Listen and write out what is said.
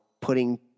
putting